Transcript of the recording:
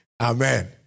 Amen